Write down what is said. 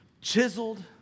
chiseled